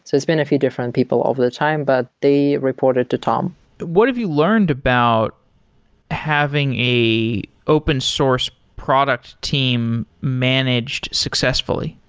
it's been a few different people over the time, but they reported to tom what have you learned about having a open source product team managed successfully?